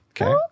Okay